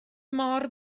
mor